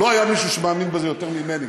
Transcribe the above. לא היה מישהו שמאמין בזה יותר ממני,